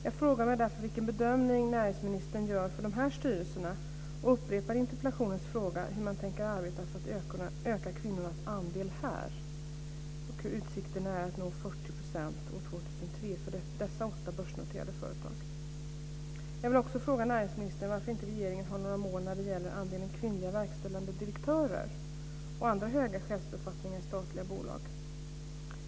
Jag frågar mig därför vilken bedömning näringsministern gör för dessa styrelser och upprepar interpellationens fråga om hur man tänker arbeta för att öka kvinnornas andel här, och om vilka utsikterna är för att nå 40 % år 2003 för dessa åtta börsnoterade företag.